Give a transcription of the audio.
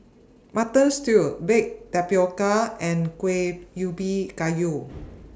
Mutton Stew Baked Tapioca and Kueh Ubi Kayu